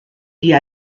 die